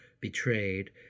betrayed